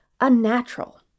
unnatural